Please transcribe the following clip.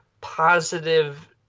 positive